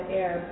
air